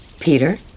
Peter